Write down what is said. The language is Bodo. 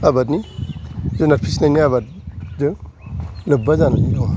आबादनि जुनाद फिसिनायनि आबाद जों लोब्बा जानानै दङ